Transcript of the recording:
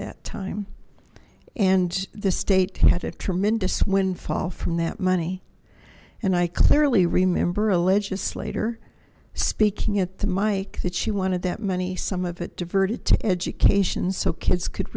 that time and the state had a tremendous windfall from that money and i clearly remember a legislator speaking at the mic that she wanted that money some of it diverted to education so kids could